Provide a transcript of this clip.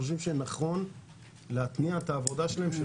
אנחנו חושבים שנכון להתניע את העבודה שלהם.